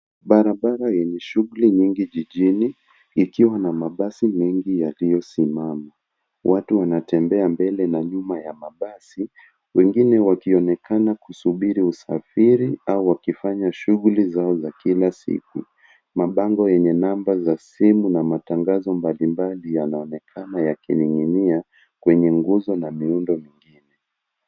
Barabara yenye shughuli nyingi jijini, ikiwa na mabasi mengi yaliyosimama. Watu wanatembea mbele na nyuma ya mabasi wengine wakionekana kusubiri usafiri au wakifanya shughuli zao za kila siku. Mabango yenye namba za simu na matangazo mbalimbali yanaonekana yakining'inia kwenye nguzo la viundo vingine.